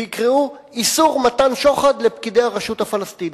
ויקראו: איסור מתן שוחד לפקידי הרשות הפלסטינית,